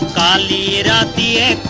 da da da da